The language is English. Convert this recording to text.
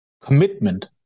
commitment